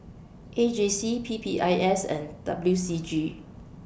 A J C P P I S and W C G